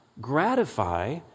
gratify